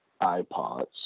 iPods